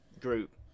group